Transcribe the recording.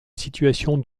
situation